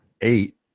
eight